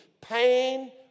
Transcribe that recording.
pain